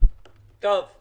אני